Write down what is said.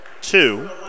two